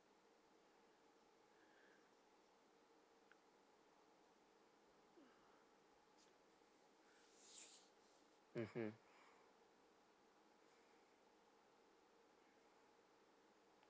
mmhmm